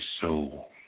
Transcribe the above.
soul